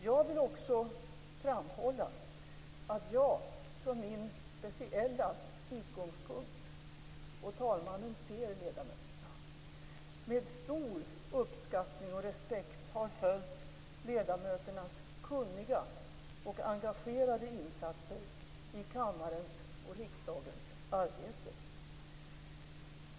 Jag vill också framhålla att jag, från min speciella utgångspunkt - och talmannen ser ledamöterna - med stor uppskattning och respekt har följt ledamöternas kunniga och engagerade insatser i kammarens och riksdagens arbete.